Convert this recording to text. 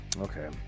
Okay